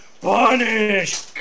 punish